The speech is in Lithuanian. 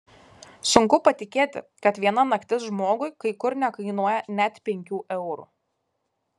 sunku patikėti kad viena naktis žmogui kai kur nekainuoja net penkių eurų